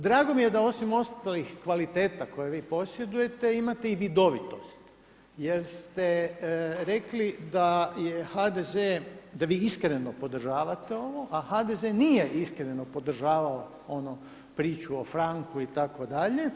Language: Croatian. Drago mi je da osim ostalih kvaliteta koje vi posjedujete imate i vidovitost, jer ste rekli da je HDZ, da vi iskreno podržavate ovo a HDZ nije iskreno podržavao ono priču o Franku itd.